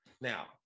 now